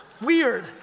Weird